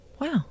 wow